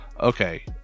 okay